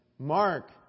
Mark